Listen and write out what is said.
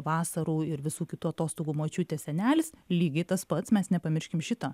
vasarų ir visų kitų atostogų močiutė senelis lygiai tas pats mes nepamirškim šito